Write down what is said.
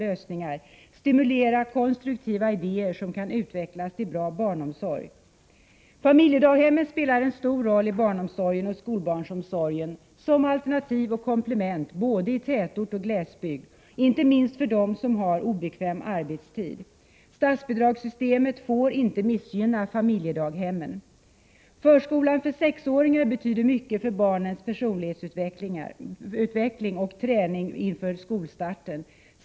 Vi måste stimulera till konstruktiva idéer som kan utvecklas till bra barnomsorg för våra barn. Familjedaghemmen spelar en stor roll i barnomsorg och skolbarnsomsorg som alternativ och komplement både i tätort och glesbygd, inte minst för dem som har obekväm arbetstid. Statsbidragssystemet får inte missgynna familjedaghemmen. Förskolan för sexåringar betyder mycket för barnens personlighetsutveckling och träning inför skolstarten.